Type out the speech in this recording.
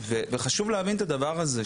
וחשוב להבין את הדבר הזה,